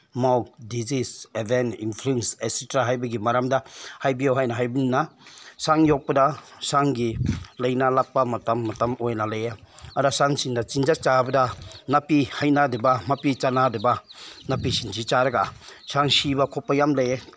ꯃꯥꯎꯠ disease even influenza etcetera ꯍꯥꯏꯕꯒꯤ ꯃꯔꯝꯗ ꯍꯥꯏꯕꯤꯌꯣ ꯍꯥꯏꯅ ꯍꯥꯏꯕꯅꯤꯅ ꯁꯟ ꯌꯣꯛꯄꯗ ꯁꯟꯒꯤ ꯂꯥꯏꯅꯥ ꯂꯥꯛꯄ ꯃꯇꯝ ꯃꯇꯝ ꯑꯣꯏꯅ ꯂꯩꯌꯦ ꯑꯗꯣ ꯁꯟꯁꯤꯡꯅ ꯆꯤꯟꯖꯥꯛ ꯆꯥꯕꯗ ꯅꯥꯄꯤ ꯍꯩꯅꯗꯕ ꯃꯄꯤ ꯆꯥꯟꯅꯗꯕ ꯅꯥꯄꯤꯁꯤꯡꯁꯤ ꯆꯥꯔꯒ ꯁꯟ ꯁꯤꯕ ꯈꯣꯠꯄ ꯌꯥꯝ ꯂꯩꯌꯦ